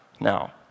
now